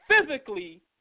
physically